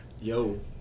Yo